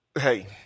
Hey